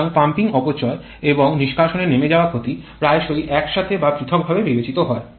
সুতরাং পাম্পিং অপচয় এবং নিষ্কাশনের নেমে যাওয়া ক্ষতি প্রায়শই একসাথে বা পৃথকভাবে বিবেচিত হয়